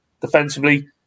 defensively